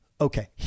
Okay